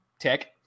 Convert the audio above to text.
Tech